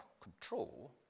control